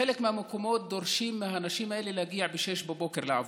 בחלק מהמקומות דורשים מהנשים האלה להגיע ב-06:00 לעבודה.